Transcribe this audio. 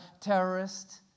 terrorist